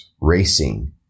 racing